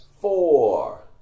four